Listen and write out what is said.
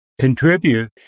contribute